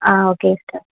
ah okay sister